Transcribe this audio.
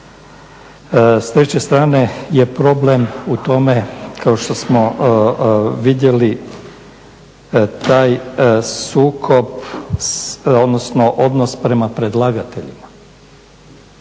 S treće strane je problem u tome kao što smo vidjeli, taj sukob odnosno odnos prema predlagateljima,